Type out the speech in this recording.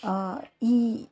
ಈ